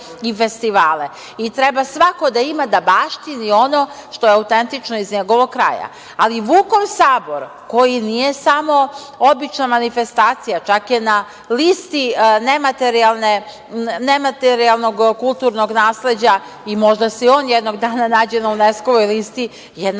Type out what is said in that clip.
i festivale i treba svako da ima, da baštini ono što je autentično iz njegovog kraja. Ali, Vukov sabor koji nije samo obična manifestacija, čak je na listi nematerijalnog kulturnog nasleđa i možda se on jednog dana nađe na UZNESKO-voj listi je